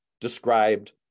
described